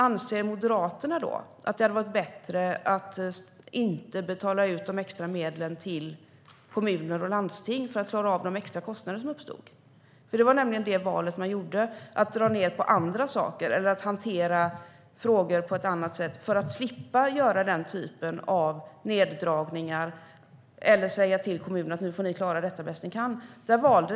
Anser Moderaterna att det hade varit bättre att inte betala ut de extra medlen till kommuner och landsting för att klara av de extra kostnader som uppstod? Det var nämligen det valet man gjorde. Det handlade om att dra ned på andra saker eller att hantera frågor på ett annat sätt för att slippa göra den typen av neddragningar eller säga till kommunerna: Nu får ni klara detta bäst ni kan.